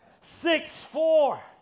Six-four